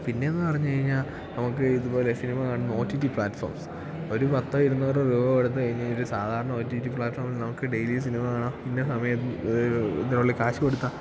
പിന്നേയെന്നു പറഞ്ഞു കഴിഞ്ഞാൽ നമുക്ക് ഇതുപോലെ സിനിമ കാണുന്ന ഓ റ്റീ റ്റി പ്ലാറ്റ്ഫോംസ് ഒരു പത്തോ ഇരുന്നൂറോ രൂപ കൊടുത്തു കഴിഞ്ഞാൽ ഒരു സാധാരണ ഓ റ്റീ റ്റി പ്ലാറ്റ്ഫോമിൽ നമുക്ക് ഡെയ്ലി സിനിമ കാണാം ഇന്ന സമയത്ത് ഇതിനുള്ളിൽ കാശ് കൊടുത്ത്